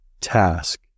task